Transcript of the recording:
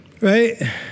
right